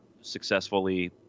successfully